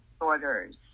disorders